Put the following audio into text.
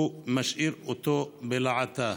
הוא משאיר אותו בעלטה.